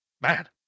man